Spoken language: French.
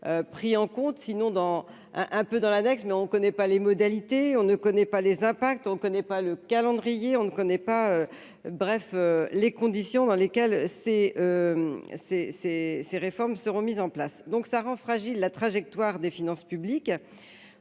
pris en compte, sinon dans un un peu dans l'annexe mais on connaît pas les modalités, on ne connaît pas les impacts on connaît pas le calendrier, on ne connaît pas, bref, les conditions dans lesquelles ces ces, ces, ces réformes seront mises en place, donc ça rend fragile la trajectoire des finances publiques,